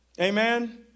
Amen